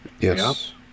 Yes